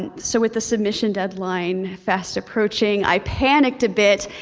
and so with the submission deadline fast approaching, i panicked a bit,